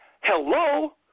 Hello